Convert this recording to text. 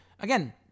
Again